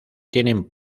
tienen